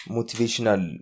Motivational